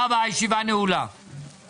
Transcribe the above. הישיבה ננעלה בשעה 13:05.